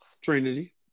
Trinity